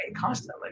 constantly